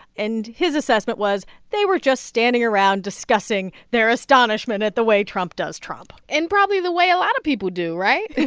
and his assessment was they were just standing around discussing their astonishment at the way trump does trump in probably the way a lot of people do, right?